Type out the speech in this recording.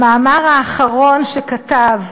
במאמר האחרון שכתב,